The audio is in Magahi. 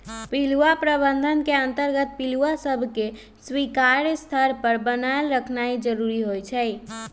पिलुआ प्रबंधन के अंतर्गत पिलुआ सभके स्वीकार्य स्तर पर बनाएल रखनाइ जरूरी होइ छइ